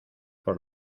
por